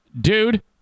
dude